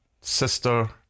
Sister